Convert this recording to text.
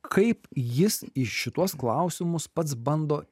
kaip jis į šituos klausimus pats bando